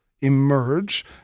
emerge